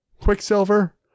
Quicksilver